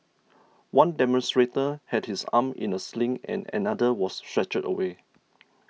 one demonstrator had his arm in a sling and another was stretchered away